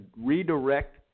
redirect